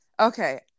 Okay